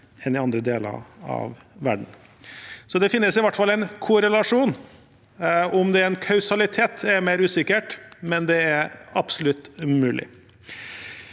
enn i andre deler av verden. Det finnes i hvert fall en korrelasjon. Om det er en kausalitet, er mer usikkert, men det er absolutt mulig.